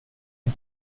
den